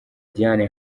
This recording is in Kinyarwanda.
diane